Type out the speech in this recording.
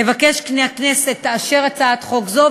אבקש מהכנסת לאשר את הצעת חוק זו,